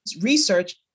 research